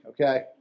okay